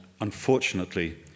unfortunately